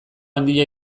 handia